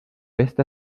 este